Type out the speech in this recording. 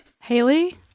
Haley